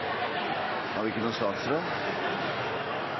har ikke vist noen